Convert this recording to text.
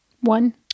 One